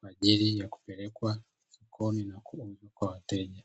kwa ajili ya kupelekwa sokoni na kwa wateja.